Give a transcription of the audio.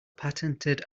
patented